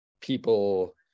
people